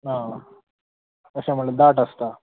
आं अशें म्हणल्यार दाट आसता